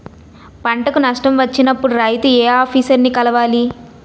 పంటకు నష్టం వచ్చినప్పుడు రైతు ఏ ఆఫీసర్ ని కలవాలి?